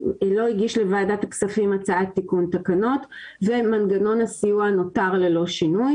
לוועדת הכספים הצעת תיקון תקנות ומנגנון הסיוע נותר ללא שינוי.